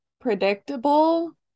predictable